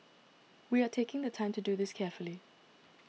we are taking the time to do this carefully